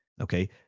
okay